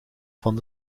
van